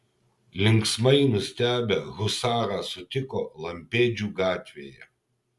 linksmai nustebę husarą sutiko lampėdžių gatvėje